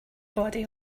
body